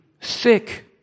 sick